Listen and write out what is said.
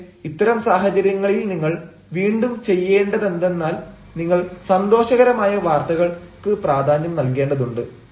പക്ഷെ ഇത്തരം സാഹചര്യങ്ങളിൽ നിങ്ങൾ വീണ്ടും ചെയ്യേണ്ടതെന്തെന്നാൽ നിങ്ങൾ സന്തോഷകരമായ വാർത്തകൾക്ക് പ്രാധാന്യം നൽകേണ്ടതുണ്ട്